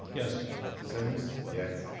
yes simms. yes,